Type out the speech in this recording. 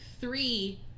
three